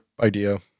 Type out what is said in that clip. idea